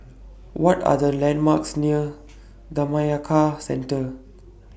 What Are The landmarks near Centre